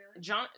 John